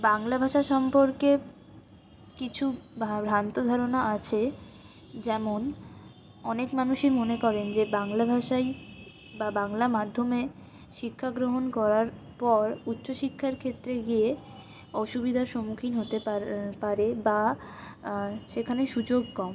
বাংলা ভাষা সম্পর্কে কিছু ভ্রান্ত ধারণা আছে যেমন অনেক মানুষই মনে করেন যে বাংলা ভাষাই বা বাংলা মাধ্যমে শিক্ষাগ্রহণ করার পর উচ্চশিক্ষার ক্ষেত্রে গিয়ে অসুবিধার সম্মুখীন হতে পারে বা সেখানে সুযোগ কম